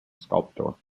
sculptor